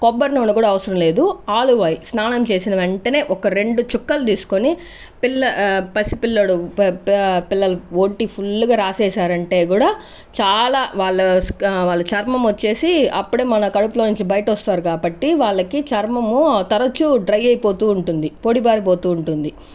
కొబ్బరి నూనె కూడా అవసరం లేదు ఆలివ్ ఆయిల్ స్నానం చేసిన వెంటనే ఒక రెండు చుక్కలు తీసుకుని పిల్ల పసి పిల్లోడు పి పిల్ల ఒంటికి ఫుల్లు గా రాసేసారంటే కూడా చాలా వాళ్ళ చర్మం వచ్చేసి అప్పుడే మన కడుపులోనుంచి బయటికి వస్తారు కాబట్టి వాళ్లకి చర్మము తరచు డ్రై అయిపోతూ ఉంటుంది పొడిబారి పోతూ ఉంటుంది